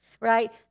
right